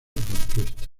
orquesta